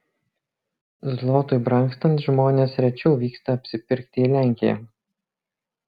zlotui brangstant žmonės rečiau vyksta apsipirkti į lenkiją